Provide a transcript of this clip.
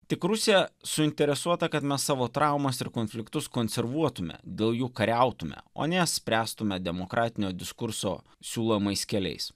tik rusija suinteresuota kad mes savo traumas ir konfliktus konservuotume dėl jų kariautume o ne spręstume demokratinio diskurso siūlomais keliais